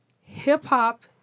hip-hop